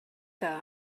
que